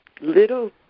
little